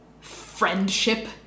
Friendship